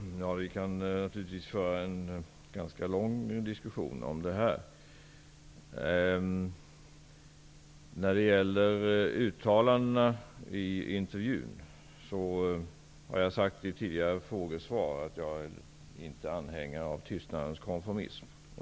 Fru talman! Vi kan naturligtvis föra en ganska lång diskussion om detta. Angående uttalandena under intervjun har jag i ett tidigare frågesvar sagt att jag inte är anhängare av tystnadens konformism.